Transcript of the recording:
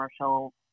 commercial